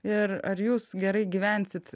ir ar jūs gerai gyvensit